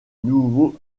nouveaux